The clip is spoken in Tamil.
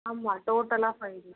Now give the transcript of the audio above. ஆமாம் டோட்டலாக ஃபைவ் டேஸ்